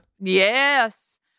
Yes